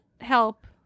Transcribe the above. help